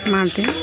ಮಾಡ್ತೀವಿ